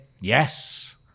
Yes